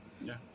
yes